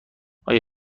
آیا